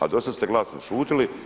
A do sad ste glasno šutili.